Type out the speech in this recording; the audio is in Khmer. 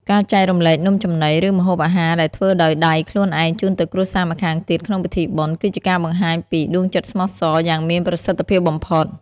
ការចែករំលែកនំចំណី ឬម្ហូបអាហារដែលធ្វើដោយដៃខ្លួនឯងជូនទៅគ្រួសារម្ខាងទៀតក្នុងពិធីបុណ្យ គឺជាការបង្ហាញពី "ដួងចិត្តស្មោះសរ យ៉ាងមានប្រសិទ្ធភាពបំផុត។